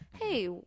Hey